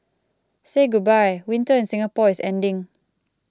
say goodbye winter in Singapore is ending